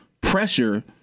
pressure